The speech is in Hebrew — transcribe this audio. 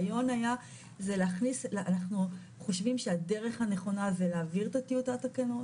אנחנו חושבים שהדרך הנכונה היא להעביר את טיוטת התקנות,